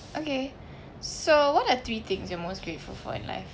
okay so what are three things you're most grateful for in life